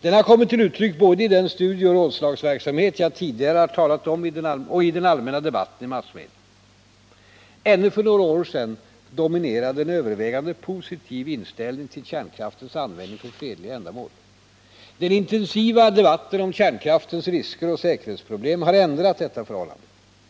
Den har kommit till uttryck både i den studieoch rådslagsverksamhet jag tidigare har talat om och i den allmänna debatten i massmedia. Ännu för många år sedan dominerade en övervägande positiv inställning till kärnkraftens användning för fredliga ändamål. Den intensiva debatten om kärnkraftens risker och säkerhetsproblem har ändrat detta förhållande.